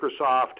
Microsoft